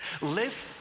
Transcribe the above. Live